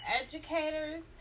educators